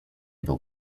był